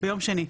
ביום שני.